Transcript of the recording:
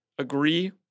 Agree